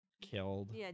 killed